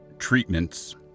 treatments